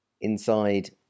inside